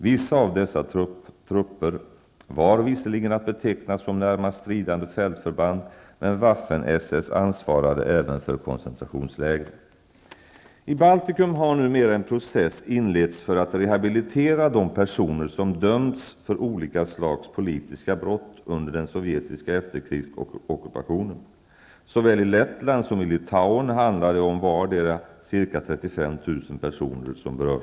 Vissa av dessa trupper var visserligen att beteckna som närmast stridande fältförband, men Waffen-SS ansvarade även för koncentrationslägren. I Baltikum har numera en process inletts för att rehabilitera de personer som dömts för olika slags politiska brott under den sovjetiska efterkrigsockupationen. I vartdera Lettland och Litauen handlar det om ca 35 000 personer.